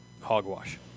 hogwash